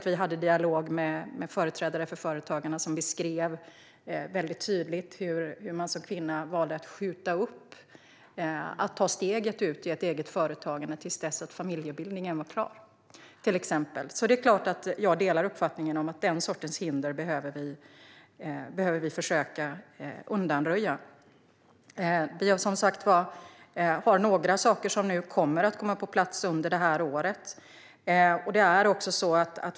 Vi hade en dialog med företrädare för Företagarna som beskrev tydligt hur man som kvinna till exempel valde att skjuta upp att ta steget ut i ett eget företagande till dess att familjebildningen var klar. Det är klart att jag delar uppfattningen att vi behöver försöka undanröja den sortens hinder. Vi har som sagt några saker som kommer att komma på plats under det här året.